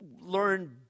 learn